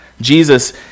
Jesus